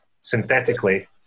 synthetically